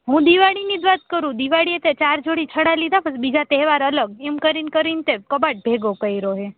હું દિવાળીની જ વાત કરું દિવાળી તે ચાર જોડી ઠરા લીધા પણ બીજા તહેવાર અલગ એમ કરી કરી ને અલગ તે કબાટ ભેગો કેરયો હે